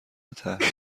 تحویل